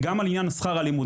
עניין שכר הלימוד.